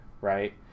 right